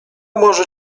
może